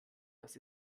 dass